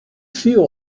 few